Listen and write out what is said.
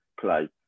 play